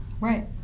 right